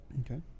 Okay